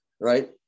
right